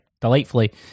delightfully